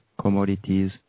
commodities